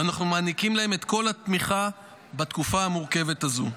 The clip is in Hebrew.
אנחנו מעניקים להם את כל התמיכה בתקופה המורכבת הזו.